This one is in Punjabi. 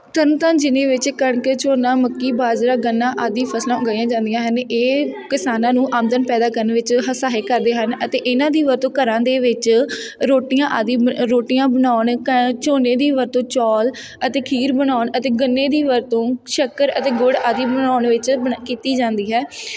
ਤਰਨਤਾਨ ਜ਼ਿਲ੍ਹੇ ਵਿੱਚ ਕਣਕ ਝੋਨਾ ਮੱਕੀ ਬਾਜਰਾ ਗੰਨਾ ਆਦਿ ਫਸਲਾਂ ਉਗਾਈਆਂ ਜਾਂਦੀਆਂ ਹਨ ਇਹ ਕਿਸਾਨਾਂ ਨੂੰ ਆਮਦਨ ਪੈਦਾ ਕਰਨ ਵਿੱਚ ਹ ਸਹਾਇਕ ਕਰਦੇ ਹਨ ਅਤੇ ਇਹਨਾਂ ਦੀ ਵਰਤੋਂ ਘਰਾਂ ਦੇ ਵਿੱਚ ਰੋਟੀਆਂ ਆਦਿ ਬ ਰੋਟੀਆਂ ਬਣਾਉਣ ਕ ਝੋਨੇ ਦੀ ਵਰਤੋਂ ਚੌਲ ਅਤੇ ਖੀਰ ਬਣਾਉਣ ਅਤੇ ਗੰਨੇ ਦੀ ਵਰਤੋਂ ਸ਼ੱਕਰ ਅਤੇ ਗੁੜ ਆਦਿ ਬਣਾਉਣ ਵਿੱਚ ਬਣਾ ਕੀਤੀ ਜਾਂਦੀ ਹੈ